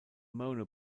mono